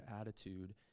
attitude